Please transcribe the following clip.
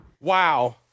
wow